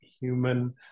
human